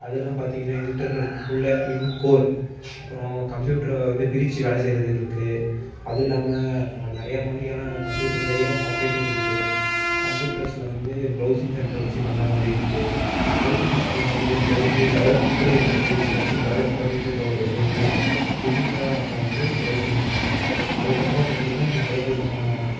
அதுல்லாம் பார்த்திங்கனா இன்டெர்நெட் உள்ள இன்கோர் அப்பறம் கம்ப்யூட்ரை வந்து பிரித்து வேலை செய்வது இருக்கு அது இல்லாமல் நிறையா மாதிரியான கம்ப்யூட்டர்லேயே ஆப்ரேட்டிங் இருக்கு கம்ப்யூட்டர்ஸில் வந்து ப்ரௌசிங் சென்ட்ரு வச்சுப் பண்ணுற மாதிரி இருக்கு ப்ரௌசிங் சென்டர்லாம் பார்த்திங்கனா இப்போதைக்கு டெவலப்டு கன்ட்ரீஸில் வந்து டெவலப் பண்ணிகிட்டு இருக்க ஒரு இது வந்து டிஜிட்டலாக ஆக்கிற வந்து ப்ரௌசிங் அதுக்கு அப்புறம் பார்த்திங்கனா நிறையா விதமான